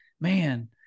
man